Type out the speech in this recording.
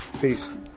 Peace